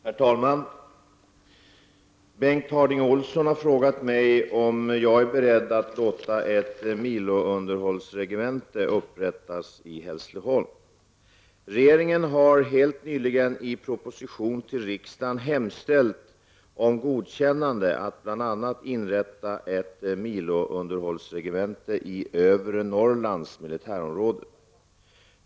Herr talman! Bengt Harding Olson har frågat mig om jag är beredd att låta ett milounderhållsregemente upprättas i Hässleholm. Regeringen har helt nyligen i proposition till riksdagen hemställt om godkännande av att bl.a. inrätta ett milounderhållsregemente i Övre Norrlands militärområde.